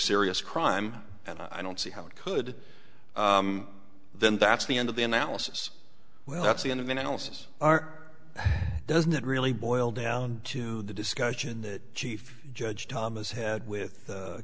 serious crime and i don't see how it could then that's the end of the analysis well that's the end of analysis are doesn't it really boil down to the discussion that chief judge thomas had with